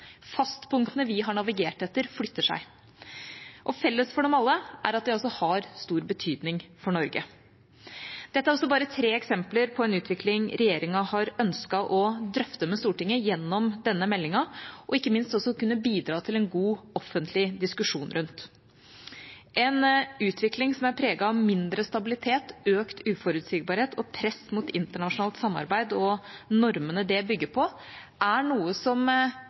Fastpunktene vi har navigert etter, flytter seg. Felles for dem alle er at de også har stor betydning for Norge. Dette er bare tre eksempler på en utvikling regjeringa har ønsket å drøfte med Stortinget gjennom denne meldinga, og ikke minst å kunne bidra til en god offentlig diskusjon rundt. En utvikling som er preget av mindre stabilitet, økt uforutsigbarhet og press mot internasjonalt samarbeid og normene det bygger på, er noe